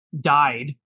died